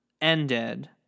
ended